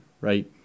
right